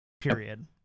period